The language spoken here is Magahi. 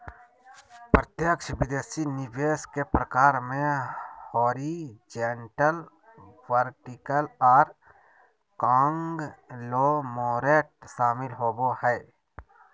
प्रत्यक्ष विदेशी निवेश के प्रकार मे हॉरिजॉन्टल, वर्टिकल आर कांगलोमोरेट शामिल होबो हय